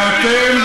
ואתם,